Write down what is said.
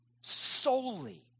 solely